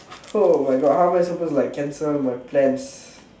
oh my god how am I supposed to like cancel my plans